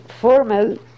formal